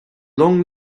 long